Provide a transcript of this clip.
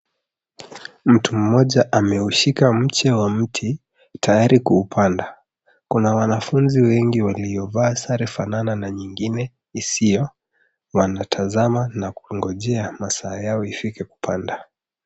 Mtu mmoja ameushika mche wa mti tayari kuupanda. Kuna wanafunzi wengi waliovaa sare fanana na nyingine isiyo wanatazama na kungojea masaa yao ifike kupanda.